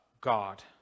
God